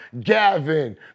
Gavin